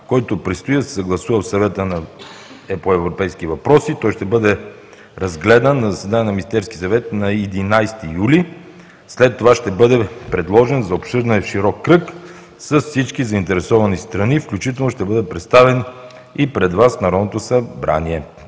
който предстои да се съгласува от Съвета по европейски въпроси. Той ще бъде разгледан на заседание на Министерския съвет на 11 юли, след това ще бъде предложен за обсъждане в широк кръг с всички заинтересовани страни, включително ще бъде представен и пред Вас в Народното събрание.